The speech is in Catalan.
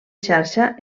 xarxa